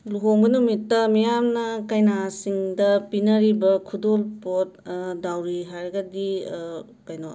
ꯂꯨꯍꯣꯡꯕ ꯅꯨꯃꯤꯠꯇ ꯃꯤꯌꯥꯝꯅ ꯀꯩꯅꯥꯁꯤꯡꯗ ꯄꯤꯅꯔꯤꯕ ꯈꯨꯗꯣꯜ ꯄꯣꯠ ꯗꯥꯎꯔꯤ ꯍꯥꯏꯔꯒꯗꯤ ꯀꯩꯅꯣ